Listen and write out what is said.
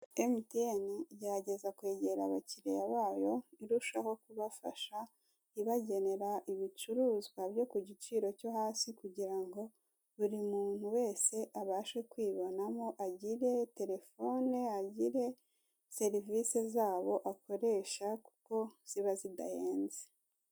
MTN, igerageza kwegera abakiriya bayo irushaho kubafasha, ibagenera ibicuruzwa byo ku giciro cyo hasi kugira ngo buri muntu wese abashe kwibonamo agire Telefone, agire serivisi zabo akoresha kuko ziba zidahenze.